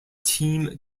team